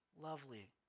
lovely